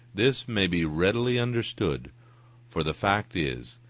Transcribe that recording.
this may be readily understood for the fact is,